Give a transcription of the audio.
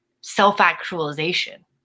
self-actualization